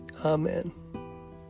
Amen